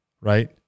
right